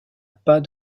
pas